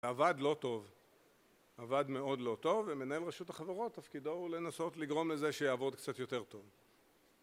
עבד לא טוב, עבד מאוד לא טוב ומנהל רשות החברות, תפקידו הוא לנסות לגרום לזה שיעבוד קצת יותר טוב